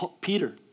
Peter